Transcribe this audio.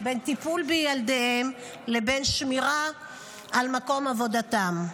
בין טיפול בילדיהם לבין שמירה על מקום עבודתם.